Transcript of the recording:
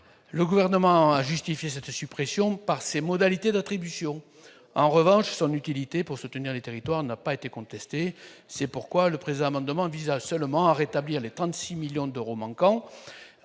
le Gouvernement en raison de ses modalités d'attribution. En revanche, son utilité pour soutenir les territoires n'a pas été contestée. C'est pourquoi le présent amendement tend seulement à rétablir les 36 millions d'euros manquants